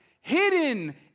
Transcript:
hidden